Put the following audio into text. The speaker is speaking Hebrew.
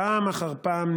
פעם אחר פעם,